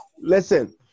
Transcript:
Listen